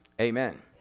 Amen